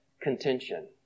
Contention